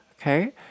okay